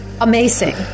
Amazing